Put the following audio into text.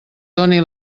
doni